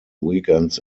weekends